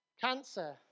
Cancer